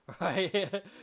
right